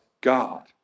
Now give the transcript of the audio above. God